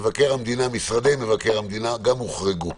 משרדי מבקר המדינה גם הוחרגו.